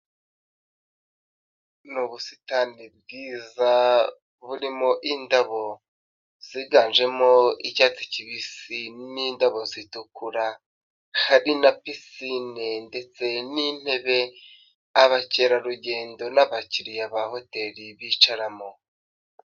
Ni ubusitani bwiza burimo indabo ziganjemo icyatsi kibisi n'indabo zitukura, hari na pisine ndetse n'intebe abakerarugendo n'abakiriya ba hoteri bicaramo.